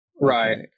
Right